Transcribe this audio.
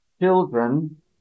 children